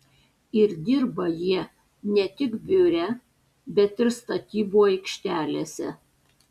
ir dirba jie ne tik biure bet ir statybų aikštelėse